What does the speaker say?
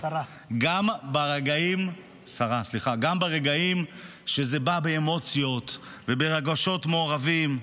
גם ברגעים שזה בא באמוציות וברגשות מעורבים,